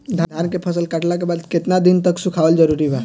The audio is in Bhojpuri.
धान के फसल कटला के बाद केतना दिन तक सुखावल जरूरी बा?